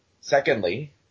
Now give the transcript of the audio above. secondly